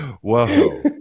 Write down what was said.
Whoa